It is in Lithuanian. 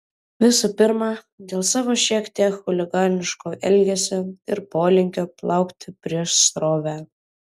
visų pirma dėl savo šiek tiek chuliganiško elgesio ir polinkio plaukti prieš srovę